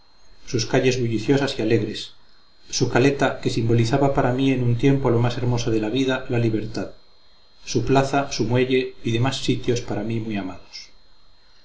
sus calles bulliciosas y alegres su caleta que simbolizaba para mí en un tiempo lo más hermoso de la vida la libertad su plaza su muelle y demás sitios para mí muy amados